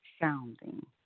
sounding